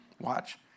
watch